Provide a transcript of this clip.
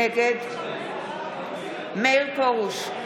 נגד מאיר פרוש,